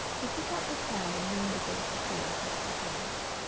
he put out his hand and leaned against a tree and crossed his legs.